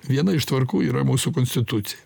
viena iš tvarkų yra mūsų konstitucija